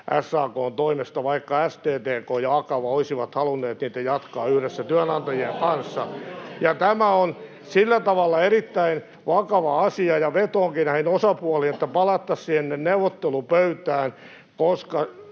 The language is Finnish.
SAK:n toimesta, vaikka STTK ja Akava olisivat halunneet niitä jatkaa yhdessä työnantajien kanssa. [Perussuomalaisten ryhmästä: Oho!] Tämä on sillä tavalla erittäin vakava asia, ja vetoankin näihin osapuoliin, että palattaisiin sinne neuvottelupöytään, koska